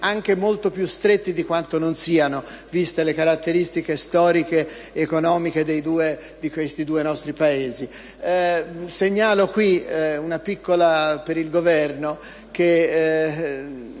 anche molto più stretti di quanto non siano, viste le caratteristiche storiche ed economiche dei due Paesi.